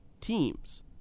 teams